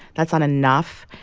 that's not enough,